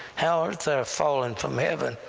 how art thou fallen from heaven,